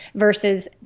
Versus